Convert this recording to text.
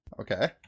Okay